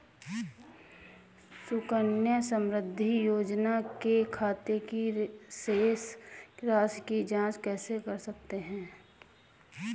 सुकन्या समृद्धि योजना के खाते की शेष राशि की जाँच कैसे कर सकते हैं?